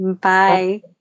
Bye